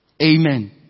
Amen